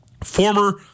former